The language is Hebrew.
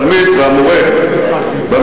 כשהתלמיד והמורה במרכז.